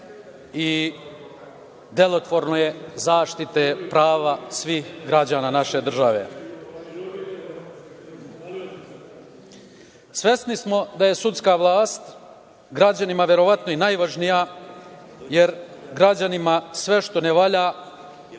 i delotvorno je zaštite prava svih građana naše države. Svesni smo da je sudska vlast građanima verovatno i najvažnija, jer građanima sve što ne valja